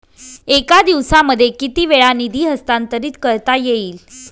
एका दिवसामध्ये किती वेळा निधी हस्तांतरीत करता येईल?